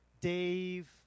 Dave